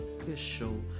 official